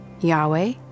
Yahweh